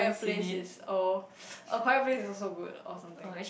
place is all acquire place is also good or something